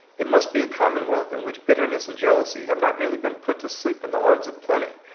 it must be a commonwealth in which bit terness and jealousy have not merely been put to sleep in the arms of plenty,